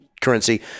currency